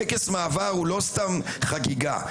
טקס מעבר הוא לא סתם חגיגה,